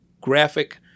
graphic